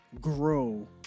grow